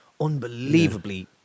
Unbelievably